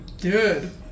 good